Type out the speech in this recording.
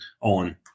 on